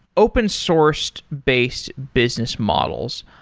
open sourced based business models,